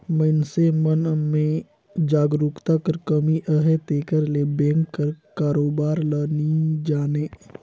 मइनसे मन में जागरूकता कर कमी अहे तेकर ले बेंक कर कारोबार ल नी जानें